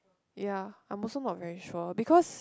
ya I'm also not very sure because